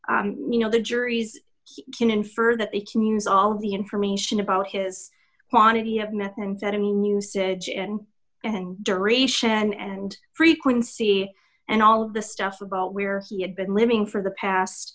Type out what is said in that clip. you know the juries can infer that they can use all the information about his quantity of methamphetamine usage and duration and frequency and all of the stuff about where he had been living for the past